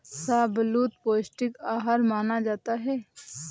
शाहबलूत पौस्टिक आहार माना जाता है